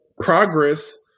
progress